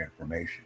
information